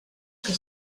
que